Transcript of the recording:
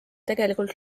tegelikult